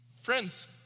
Friends